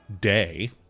day